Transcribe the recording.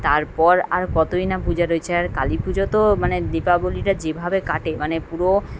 তারপর আর কতোই না পূজা রয়েছে আর কালী পুজো তো মানে দীপাবলিটা যেভাবে কাটে মানে পুরো